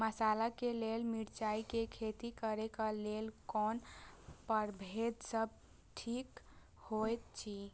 मसाला के लेल मिरचाई के खेती करे क लेल कोन परभेद सब निक होयत अछि?